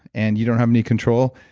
and you don't have any control,